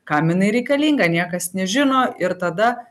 kam jinai reikalinga niekas nežino ir tada